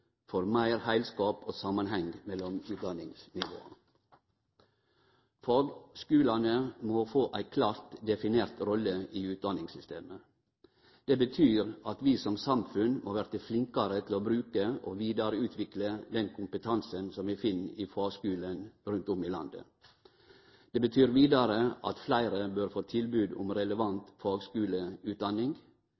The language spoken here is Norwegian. for meir heilskap og samanheng mellom utdanningsnivåa. Fagskulane må få ei klart definert rolle i utdanningssystemet. Det betyr at vi som samfunn må verte flinkare til å bruke og vidareutvikle den kompetansen som vi finn i fagskulen rundt om i landet. Det betyr vidare at fleire bør få tilbod om